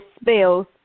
spells